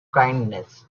kindness